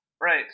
Right